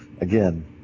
Again